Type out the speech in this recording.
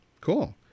Cool